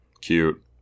Cute